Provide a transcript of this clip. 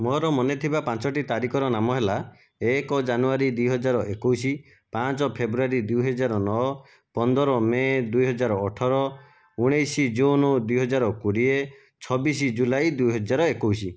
ମୋର ମନେ ଥିବା ପାଞ୍ଚଟି ତାରିଖର ନାମ ହେଲା ଏକ ଜାନୁଆରୀ ଦୁଇହଜାର ଏକୋଇଶି ପାଞ୍ଚ ଫେବୃଆରୀ ଦୁଇହଜାର ନଅ ପନ୍ଦର ମେ ଦୁଇହଜାର ଅଠର ଉଣେଇଶି ଜୁନ ଦୁଇହଜାର କୋଡ଼ିଏ ଛବିଶ ଜୁଲାଇ ଦୁଇହଜାର ଏକୋଇଶି